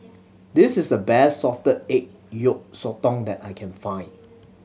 this is the best salted egg yolk sotong that I can find